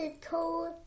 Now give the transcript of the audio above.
cold